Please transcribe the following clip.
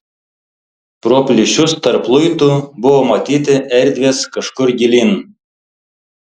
pro plyšius tarp luitų buvo matyti erdvės kažkur gilyn